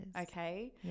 okay